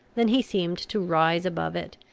than he seemed to rise above it,